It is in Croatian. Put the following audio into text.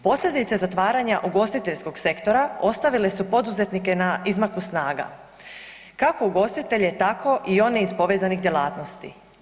Posljedice zatvaranja ugostiteljskog sektora ostavile su poduzetnike na izmaku snaga, kako ugostitelje tako i one iz povezanih djelatnosti.